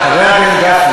חבר הכנסת גפני.